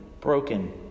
broken